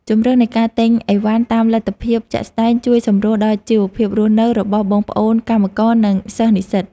ជម្រើសនៃការទិញអីវ៉ាន់តាមលទ្ធភាពជាក់ស្ដែងជួយសម្រួលដល់ជីវភាពរស់នៅរបស់បងប្អូនកម្មករនិងសិស្សនិស្សិត។